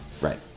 Right